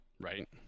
right